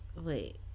wait